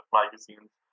magazines